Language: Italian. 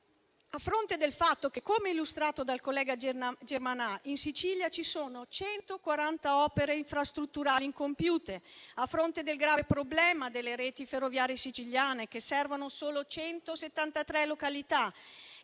A fronte del fatto che - come illustrato dal collega Germanà - in Sicilia ci sono 140 opere infrastrutturali incompiute, a fronte del grave problema delle reti ferroviarie siciliane, che servono solo 173 località